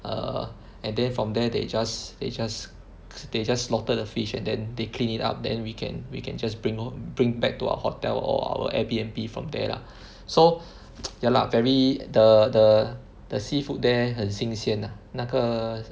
err and then from there they just they just they just slaughter the fish and then they clean it up then we can we can just bring lor bring back to our hotel or our Airbnb from there lah so ya lah very the the the seafood there 很新鲜 ah 那个